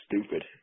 stupid